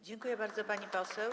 Dziękuję bardzo, pani poseł.